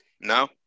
No